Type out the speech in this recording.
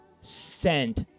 sent